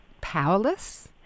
powerless